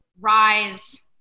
rise